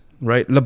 right